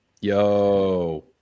yo